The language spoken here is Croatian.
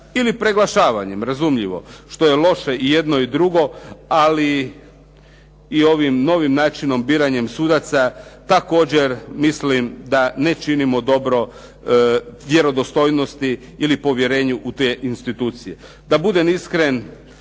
ili preglašavanjem, razumljivo. Što je loše i jedno i drugo, ali i ovim novim načinom biranjem sudaca, također mislim da ne činimo dobro vjerodostojnosti ili povjerenju u te institucije. Da budem iskren